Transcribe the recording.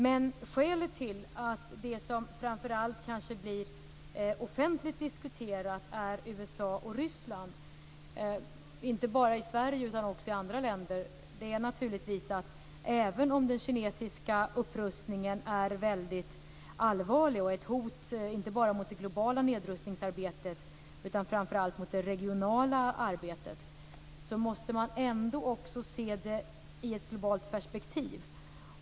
Men skälet till att det är USA och Ryssland som blir mer offentligt diskuterade, inte bara i Sverige utan också i andra länder, är naturligtvis att - även om den kinesiska upprustningen är väldigt allvarlig och ett hot, inte bara mot det globala nedrustningsarbetet utan framför allt mot det regionala arbetet - man måste se det hela i ett globalt perspektiv.